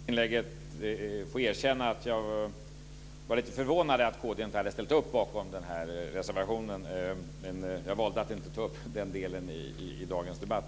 Fru talman! Jag kan i det här inlägget erkänna att jag var lite förvånad över att kd inte hade ställt upp bakom den här reservationen, men jag valde att inte ta upp den delen i dagens debatt.